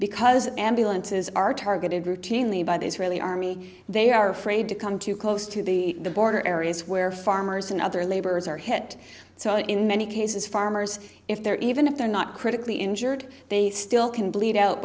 because ambulances are targeted routinely by the israeli army they are afraid to come too close to the border areas where farmers and other laborers are hit so in many cases farmers if they're even if they're not critically injured they still can bleed out